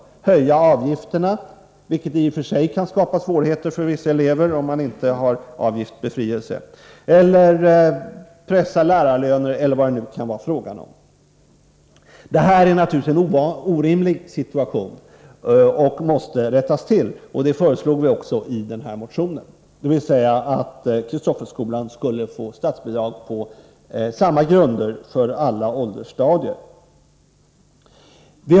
Man kan t.ex. höja avgifterna, vilket i och för sig kan skapa svårigheter för vissa elever — om man nu inte befriats från avgift — eller pressa lärarlönerna. Situationen är naturligtvis orimlig. Det här måste således rättas till. Det är också vad vi föreslår i nämnda motion, dvs. att Kristofferskolan får statsbidrag på samma grunder för alla åldersstadier.